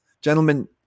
Gentlemen